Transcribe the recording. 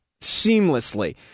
seamlessly